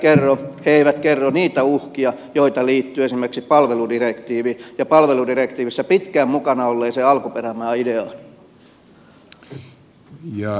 he eivät kerro niitä uhkia joita liittyy esimerkiksi palveludirektiiviin ja palveludirektiivissä pitkään mukana olleeseen alkuperämaaideaan